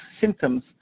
symptoms